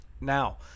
Now